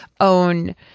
own